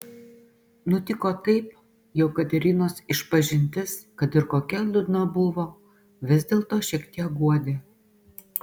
nutiko taip jog katerinos išpažintis kad ir kokia liūdna buvo vis dėlto šiek tiek guodė